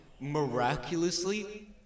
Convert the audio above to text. miraculously